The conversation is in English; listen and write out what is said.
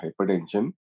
hypertension